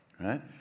right